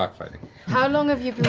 ah how long have you